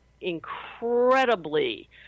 incredibly